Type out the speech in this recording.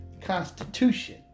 Constitution